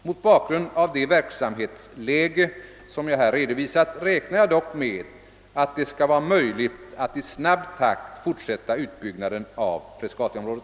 Mot bakgrund av det verksamhetsläge som jag här redovisat räknar jag dock med att det skall vara möjligt att i snabb takt fortsätta utbyggnaden av Frescatiområdet.